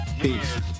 Peace